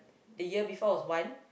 the year before was one